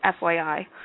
FYI